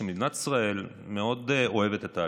שמדינת ישראל מאוד אוהבת את העלייה,